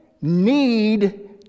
need